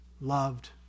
loved